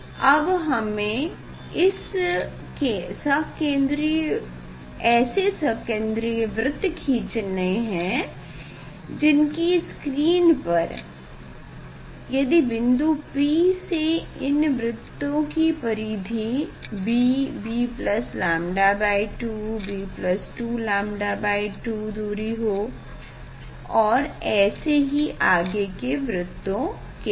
अब हमें ऐसे सकेंद्री वृत्त खीचने हैं जिनकी स्क्रीन पर यदि बिन्दु P से इन वृत्तों के परिधि bbλ2 b2λ2 दूरी हो और ऐसे ही आगे के वृत्तों के भी